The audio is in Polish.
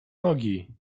nogi